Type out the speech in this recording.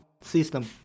system